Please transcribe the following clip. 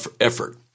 effort